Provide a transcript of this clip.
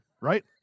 right